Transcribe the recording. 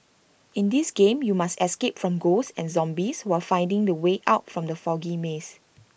in this game you must escape from ghosts and zombies while finding the way out from the foggy maze